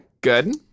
Good